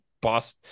boss